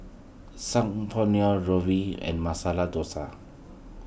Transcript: Saag Paneer and Masala Dosa